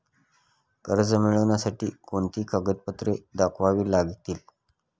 कर्ज मिळण्यासाठी कोणती कागदपत्रे दाखवावी लागतील?